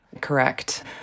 Correct